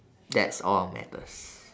that's all matters